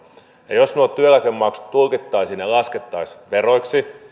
ja jos nuo työeläkemaksut tulkittaisiin ja laskettaisiin veroiksi